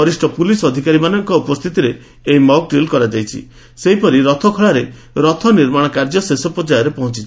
ବରିଷ ପୁଲିସ୍ ଅଧିକାରୀମାନଙ୍କ ଉପସ୍ଥିତିରେ ଏହି ମକ୍ ଡ୍ରିଲ୍ କରାଯାଇଛି ସେହିପରି ରଥଖଳାରେ ରଥ ନିର୍ମାଶ କାର୍ଯ୍ୟ ଶେଷ ପର୍ଯ୍ୟାୟରେ ପହଞ୍ଚଚି